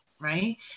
right